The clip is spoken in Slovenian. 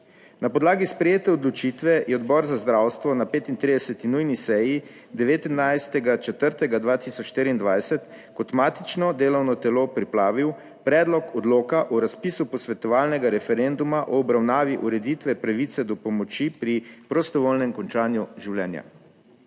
Na podlagi sprejete odločitve je Odbor za zdravstvo na 35. nujni seji, 19. 4. 2024, kot matično delovno telo pripravil Predlog odloka o razpisu posvetovalnega referenduma o obravnavi ureditve pravice do pomoči pri prostovoljnem končanju življenja.